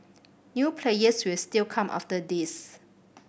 new players will still come after this